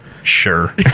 Sure